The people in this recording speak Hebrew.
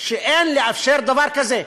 שאין לאפשר דבר כזה.